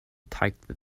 tightened